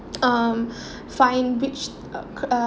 um find which uh cr~ uh